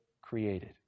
Created